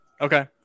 Okay